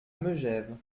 megève